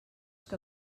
que